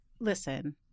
Listen